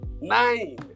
Nine